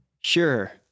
Sure